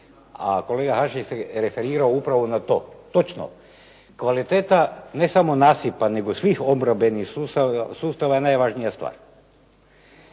a kolega Hanžek se referirao upravo na to. Točno. Kvaliteta ne samo nasipa, nego svih obrambenih sustava je najvažnija stvar.